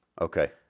okay